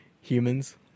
humans